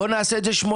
בואו נעשה את זה 80%,